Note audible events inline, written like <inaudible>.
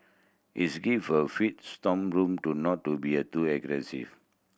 is give for free <unintelligible> room to not to be a too aggressive